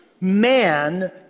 man